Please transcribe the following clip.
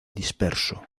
disperso